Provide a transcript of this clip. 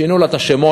שינו לה את השמות,